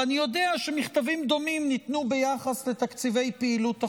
ואני יודע שמכתבים דומים ניתנו ביחס לתקציבי פעילות אחרים.